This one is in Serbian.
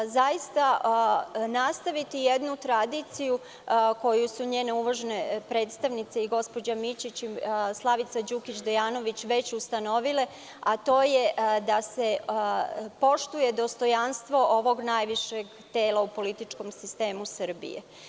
Zaista nastaviti jednu tradiciju koju su njene uvažene predstavnice, i gospođa Mićić, Slavica Đukić Dejanović, već ustanovile, a to je da se poštuje dostojanstvo ovog najvišeg tela u političkom sistemu Srbije.